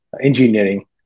engineering